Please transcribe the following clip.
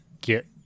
get